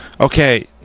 okay